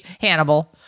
Hannibal